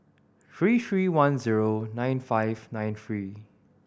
three three one zero nine five nine three